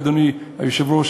אדוני היושב-ראש,